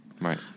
Right